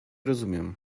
rozumiem